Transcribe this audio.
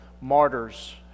martyrs